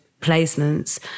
placements